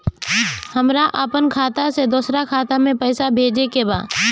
हमरा आपन खाता से दोसरा खाता में पइसा भेजे के बा